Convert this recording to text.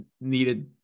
needed